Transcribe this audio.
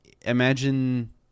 imagine